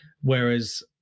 Whereas